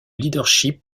leadership